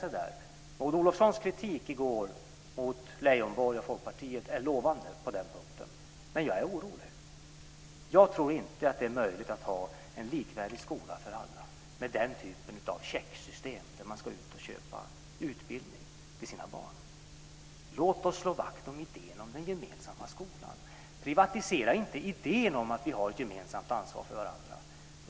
Maud Olofssons kritik i går mot Leijonborg och Folkpartiet är lovande på den punkten, men jag är orolig. Jag tror inte att det är möjligt att ha en likvärdig skola för alla med den typen av checksystem, där man ska ut och köpa utbildning till sina barn. Låt oss slå vakt om idén om den gemensamma skolan. Privatisera inte idén om att vi har ett gemensamt ansvar för varandra.